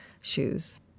shoes